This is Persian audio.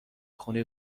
خونه